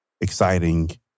exciting